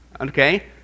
okay